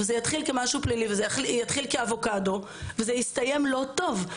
וזה יתחיל כמשהו פלילי וזה יתחיל כאבוקדו וזה יסתיים לא טוב.